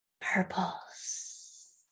purples